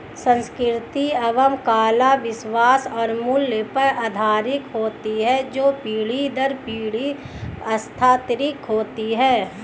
संस्कृति एवं कला विश्वास और मूल्य पर आधारित होती है जो पीढ़ी दर पीढ़ी स्थानांतरित होती हैं